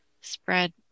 spread